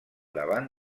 davant